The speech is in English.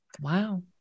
Wow